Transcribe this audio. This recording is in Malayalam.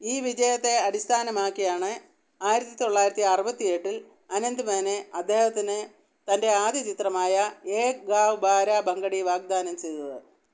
ഈ വിജയത്തെ അടിസ്ഥാനമാക്കിയാണ് ആയിരത്തി തൊള്ളായിരത്തി അറുപത്തി എട്ടിൽ അനന്ത്മാനെ അദ്ദേഹത്തിന് തൻ്റെ ആദ്യ ചിത്രമായ ഏക് ഗാവ് ബാരാ ബെൻഗഡി വാഗ്ദാനം ചെയ്തത്